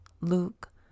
luke